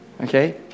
Okay